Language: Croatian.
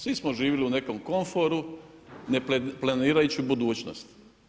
Svi smo živli u nekom komforu, ne planirajući budućnost.